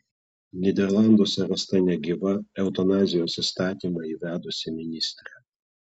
nyderlanduose rasta negyva eutanazijos įstatymą įvedusi ministrė